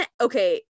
okay